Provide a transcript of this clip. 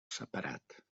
separat